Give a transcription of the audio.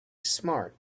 smart